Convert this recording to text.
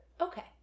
Okay